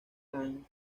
rams